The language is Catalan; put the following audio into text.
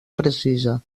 precisa